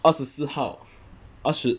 二十四号